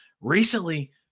recently –